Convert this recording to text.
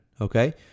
okay